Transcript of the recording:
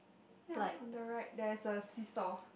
ya on the right there is a seesaw